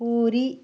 puri